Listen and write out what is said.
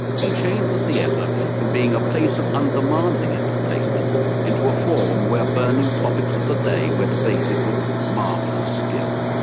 he changed the theater from being a place of undemanding entertainment into a form where burning topics topics of the day were debated with marvelous skill.